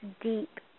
deep